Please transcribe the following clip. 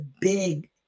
big